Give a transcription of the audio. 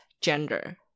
gender